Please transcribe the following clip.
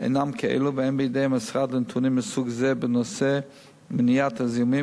אינם כאלה ואין בידי המשרד נתונים מסוג זה בנושא מניעת הזיהומים.